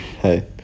Hey